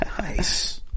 nice